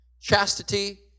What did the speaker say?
chastity